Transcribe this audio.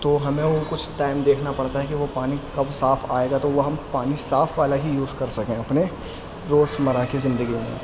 تو ہمیں وہ کچھ ٹائم دیکھنا پڑتا ہے کہ وہ پانی کب صاف آئے گا تو وہ ہم پانی صاف والا ہی یوز کر سکیں اپنے روز مرہ کی زندگیوں میں